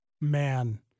Man